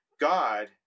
God